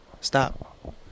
Stop